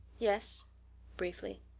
yes briefly.